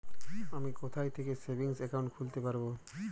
আমি কোথায় থেকে সেভিংস একাউন্ট খুলতে পারবো?